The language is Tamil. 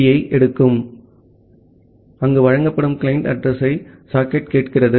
யை எடுக்கும் அங்கு வழங்கப்படும் கிளையன்ட் அட்ரஸ் யை சாக்கெட் கேட்கிறது